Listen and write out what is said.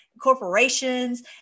corporations